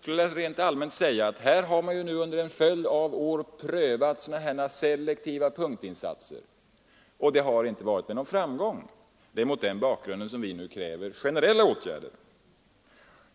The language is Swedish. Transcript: skulle jag rent allmänt vilja säga, att man under en följd av år prövat selektiva punktinsatser, men detta har inte skett med någon framgång. Det är mot denna bakgrund som vi nu kräver generella åtgärder.